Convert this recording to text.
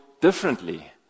differently